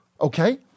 Okay